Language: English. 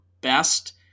best